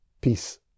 peace